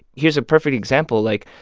here's a perfect example. like,